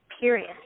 period